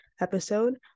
episode